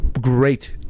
Great